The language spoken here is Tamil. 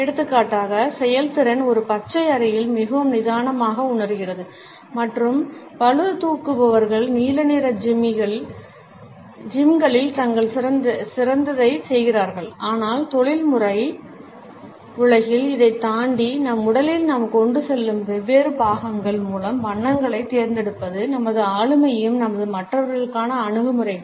எடுத்துக்காட்டாக செயல்திறன் ஒரு பச்சை அறையில் மிகவும் நிதானமாக உணர்கிறது மற்றும் பளுதூக்குபவர்கள் நீல நிற ஜிம்களில் தங்கள் சிறந்ததைச் செய்கிறார்கள் ஆனால் தொழில்முறை உலகில் இதைத் தாண்டி நம் உடலில் நாம் கொண்டு செல்லும் வெவ்வேறு பாகங்கள் மூலம் வண்ணங்களைத் தேர்ந்தெடுப்பது நமது ஆளுமையையும் நமது மற்றவர்களுக்கான அணுகுமுறைகள்